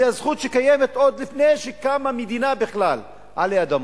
זו הזכות שקיימת עוד לפני שקמה מדינה בכלל עלי אדמות.